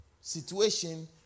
situation